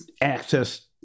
access